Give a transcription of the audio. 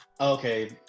okay